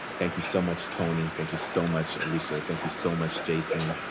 thank you so much, tony, thank you so much, alicia, thank you so much, jason.